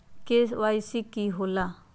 KYC का होला?